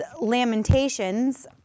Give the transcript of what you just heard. Lamentations